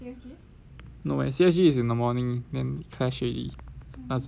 no eh C_S_G is in the morning then clash already doesn't matter